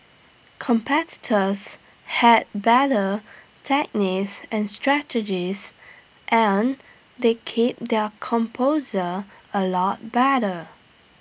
competitors had better techniques and strategies and they keep their composure A lot better